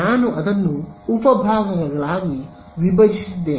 ನಾನು ಅದನ್ನು ಉಪ ಭಾಗಗಳಾಗಿ ವಿಭಜಿಸಿದ್ದೇನೆ